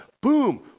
Boom